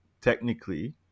technically